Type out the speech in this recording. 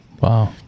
Wow